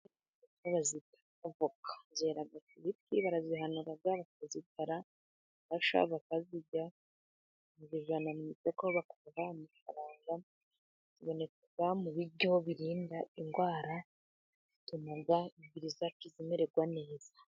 Bazita avoka zera ku biti, barazihanura, bakazitara, zashya bakazirya, bazijyana mu isoko bakabaha amafaranga, ziboneka mu biryo birinda indwara, zituma imibiri yacu imererwa neza.